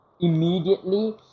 immediately